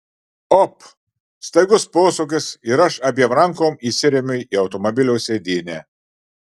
op staigus posūkis ir aš abiem rankom įsiremiu į automobilio sėdynę